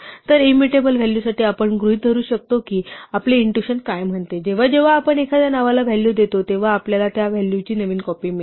तर इम्यूटेबल व्हॅलूसाठी आपण गृहित धरू शकतो की आपले इंटुशन काय म्हणते जेव्हा जेव्हा आपण एखाद्या नावाला व्हॅल्यू देतो तेव्हा आपल्याला त्या व्हॅलू ची नवीन कॉपी मिळते